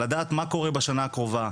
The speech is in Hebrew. מה קורה בשנה הקרובה,